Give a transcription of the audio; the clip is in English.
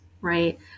right